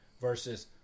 versus